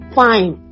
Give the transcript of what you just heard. fine